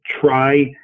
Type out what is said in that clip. Try